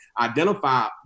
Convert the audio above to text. identify